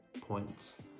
points